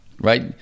right